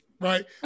right